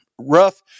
Rough